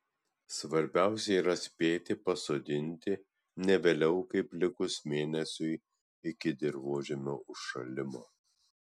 svarbiausia yra spėti pasodinti ne vėliau kaip likus mėnesiui iki dirvožemio užšalimo